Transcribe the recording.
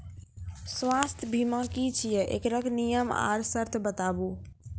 स्वास्थ्य बीमा की छियै? एकरऽ नियम आर सर्त बताऊ?